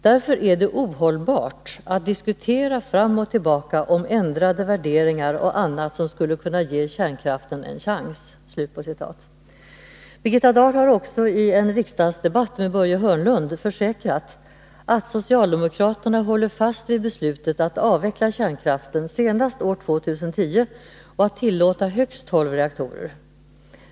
Därför är det ohållbart att diskutera fram och tillbaka om ändrade värderingar och annat som skulle kunna ge kärnkraften en chans.” Birgitta Dahl har också i en riksdagsdebatt med Börje Hörnlund försäkrat att socialdemokraterna håller fast vid beslutet att avveckla kärnkraften senast år 2010 och att tillåta högst 12 reaktorer.